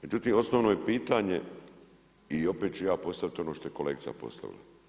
Međutim, osnovno je pitanje i opet ću ja postaviti ono što je kolegica postavila.